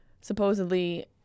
Supposedly